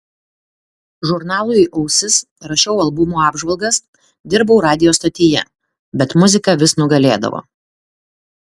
žurnalui ausis rašiau albumų apžvalgas dirbau radijo stotyje bet muzika vis nugalėdavo